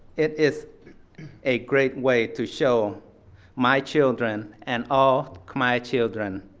it is a great way to show my children, and all khmer children,